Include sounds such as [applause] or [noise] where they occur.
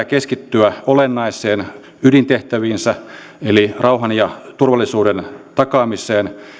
[unintelligible] keskittyä olennaiseen ydintehtäviinsä eli rauhan ja turvallisuuden takaamiseen